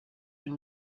une